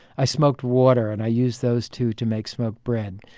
i smoked water, and i used those two to make smoked bread